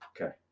Okay